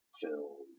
film